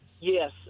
Yes